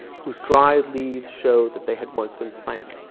who's dried leaves showed that they had once been plants.